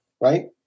right